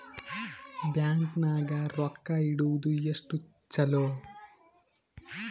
Bank ನಾಗ ರೊಕ್ಕ ಇಡುವುದು ಎಷ್ಟು ಚಲೋ?